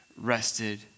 rested